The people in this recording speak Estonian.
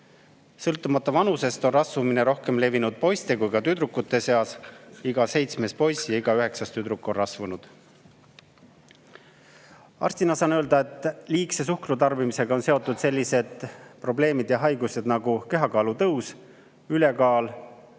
Sõltumata vanusest on rasvumine levinud nii poiste kui ka tüdrukute seas. Iga seitsmes poiss ja iga üheksas tüdruk on rasvunud. Arstina saan öelda, et liigse suhkrutarbimisega on seotud sellised probleemid ja haigused nagu kehakaalu tõus, ülekaal,